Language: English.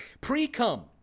Pre-cum